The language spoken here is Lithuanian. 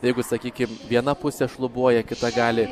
jeigu sakykim viena pusė šlubuoja kita gali